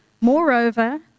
Moreover